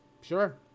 sure